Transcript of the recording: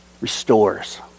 restores